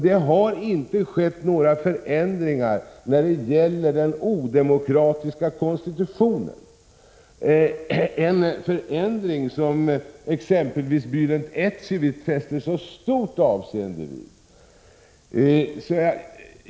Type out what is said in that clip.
Det har inte heller skett några förändringar i fråga om den odemokratiska konstitutionen, förändringar som exempelvis Bälent Ecevit fäster så stort avseende vid.